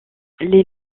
les